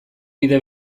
bide